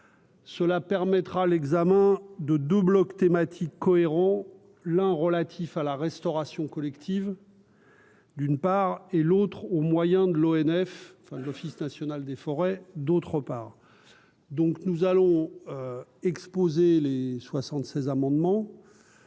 Cela permettra l'examen de 2 blocs thématiques cohérent l'un relatif à la restauration collective. D'une part, et l'autre au moyen de l'ONF, enfin, l'Office national des forêts, d'autre part, donc nous allons exposer les 76 amendements.